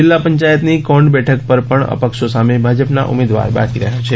જિલ્લા પંચાયતની કોંઢ બેઠક ઉપર પણ અપક્ષો સામે ભાજપના ઉમેદવાર બાકી રહ્યા છે